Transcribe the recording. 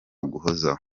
guhozaho